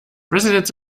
residents